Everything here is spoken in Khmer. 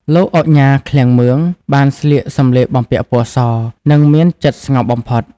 លោកឧកញ៉ា ឃ្លាំងមឿង បានស្លៀកសម្លៀកបំពាក់ពណ៌ស និងមានចិត្តស្ងប់បំផុត។